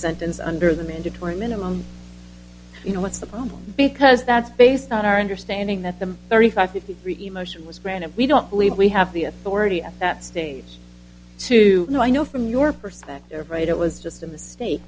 sentence under the mandatory minimum you know what's the problem because that's based on our understanding that the thirty five fifty three emotion was granted we don't believe we have the authority at that stage to you know i know from your perspective right it was just a mistake